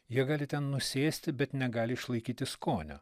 jie gali ten nusėsti bet negali išlaikyti skonio